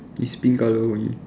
is pink colour only